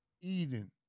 Eden